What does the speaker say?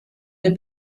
der